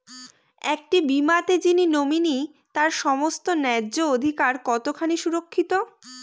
একটি বীমাতে যিনি নমিনি তার সমস্ত ন্যায্য অধিকার কতখানি সুরক্ষিত?